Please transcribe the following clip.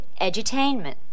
edutainment